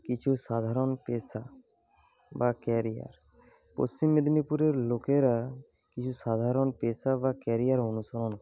কিছু সাধারণ পেশা বা ক্যারিয়ার পশ্চিম মেদিনীপুরের লোকেরা কিছু সাধারণ পেশা বা ক্যারিয়ার অনুসরণ করে